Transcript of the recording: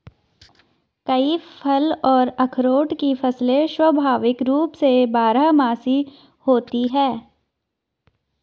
कई फल और अखरोट की फसलें स्वाभाविक रूप से बारहमासी होती हैं